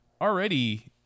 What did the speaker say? already